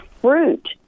fruit